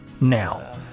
Now